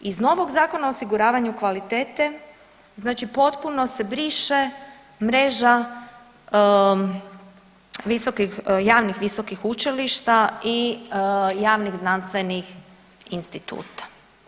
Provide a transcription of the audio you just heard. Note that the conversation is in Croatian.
Iz novog Zakona o osiguravanju kvalitete, znači potpuno se briše mreža visokih, javnih visokih učilišta i javnih znanstvenih instituta.